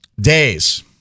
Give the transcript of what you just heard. days